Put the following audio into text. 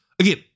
again